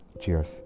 Cheers